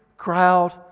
crowd